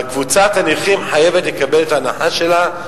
אבל קבוצת הנכים חייבת לקבל את ההנחה שלה.